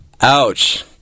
Ouch